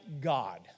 God